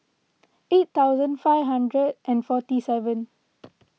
eight thousand five hundred and forty seven